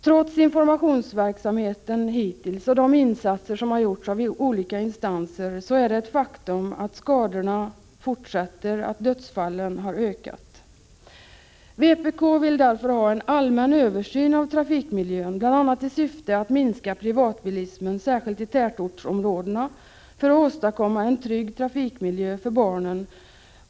Trots informationsverksamheten hittills och de insatser som har gjorts i olika instanser är det ett faktum att skadorna fortsätter, att dödsfallen har ökat. Vpk vill därför ha en allmän översyn av trafikmiljön, bl.a. i syfte att minska privatbilismen, särskilt i tätortsområdena, för att åstadkomma en trygg trafikmiljö för barnen.